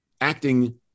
acting